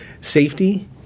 safety